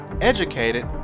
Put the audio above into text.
educated